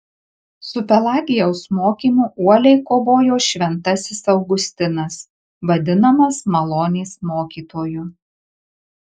su pelagijaus mokymu uoliai kovojo šventasis augustinas vadinamas malonės mokytoju